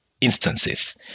instances